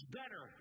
better